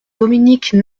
dominique